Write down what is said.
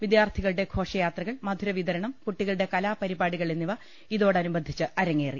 വിദ്യാർത്ഥികളുടെ ഘോഷയാത്ര കൾ മധുര വിതരണം കുട്ടികളുടെ കലാപരിപാടികൾ എന്നിവ ഇതോട നുബന്ധിച്ച് അരങ്ങേറി